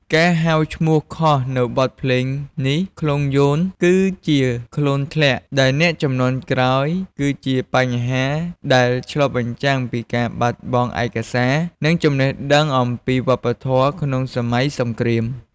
ការហៅឈ្មោះខុសនូវបទភ្លេងនេះ ខ្លងយោន ទៅជាខ្លងធ្នាក់ ដោយអ្នកជំនាន់ក្រោយ គឺជាបញ្ហាដែលឆ្លុះបញ្ចាំងពីការបាត់បង់ឯកសារ និងចំណេះដឹងអំពីវប្បធម៌ក្នុងសម័យសង្គ្រាម។